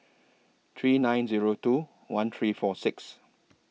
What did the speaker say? three nine Zero two one three four six